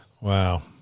Wow